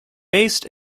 based